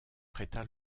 prêta